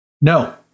No